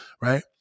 Right